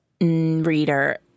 reader